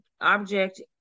object